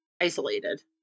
isolated